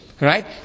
right